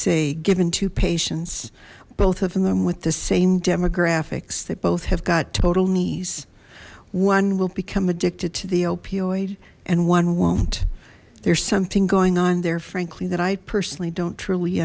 say given to patients both of them with the same demographics they both have got total knees one will become addicted to the opioid and one won't there's something going on there frankly that i personally don't truly